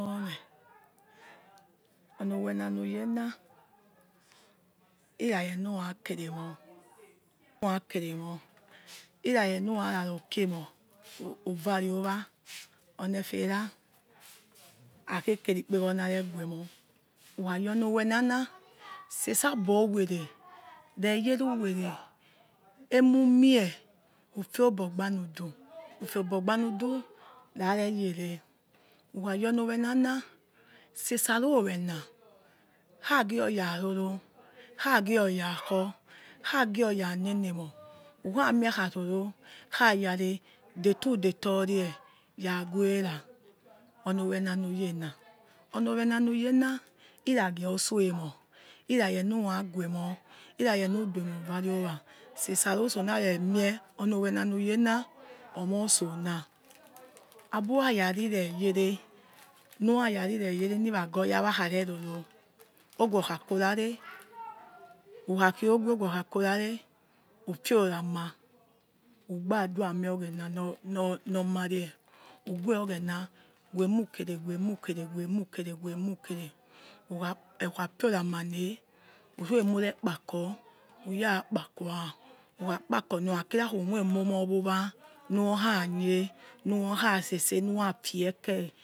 Omo meh ono owenanuyema ira yenurakeremoh nurakeremoh irayornurarokie emor uvare owa onefera akhe keri ikpe gboro na re guemor ukha gour oni owenana sesabor uwe re reyere uwere emumie ufio obo gbanudu ifiogbo gbanudu raro yere ukha yornowena sesi ror owena kha gi oya roro kua gi oya khor kha gi oya nene emor ukhamie kharoro khayare detor udetor rieh ya verah onowenayena onowena niyena ira gie utso emor irayornu rague emor iraye nu duw emor vare owa sese aro yotso na re mie kho onowena nu ye na omo utso na abi rara rire yere nura rari yere ni we nagor oya kho re roro owokhakorare ukhakhiowe owokh akorare ufioramah ugba dua nor oghena nor nor marie uguor oghena remukere wemukere wemukere wemukere ukha fioramaneh urumurekpako uya kpako yah ukhakpako neh okha kira khum yemu mor wor owa nuyorkha nie nu yor kha seseh nurafieke